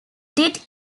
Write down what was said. did